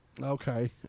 Okay